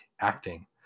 acting